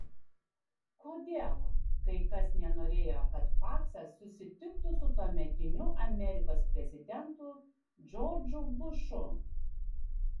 kodėl kai kas nenorėjo kad paksas susitiktų su tuometiniu amerikos prezidentu džordžu bušu